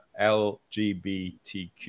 lgbtq